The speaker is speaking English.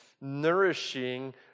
nourishing